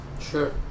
Sure